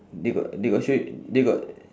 they got they got show you they got